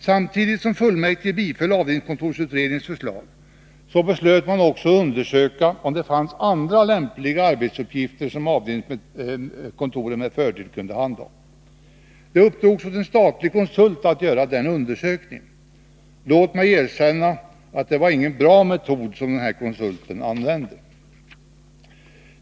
Samtidigt som fullmäktige biföll avdelningskontorsutredningens förslag, beslöt man också undersöka om det fanns andra lämpliga arbetsuppgifter som avdelningskontoren med fördel kunde handha. Det uppdrogs åt en statlig konsult att göra den undersökningen, och låt mig erkänna att det var inte någon bra metod som den konsulten använde.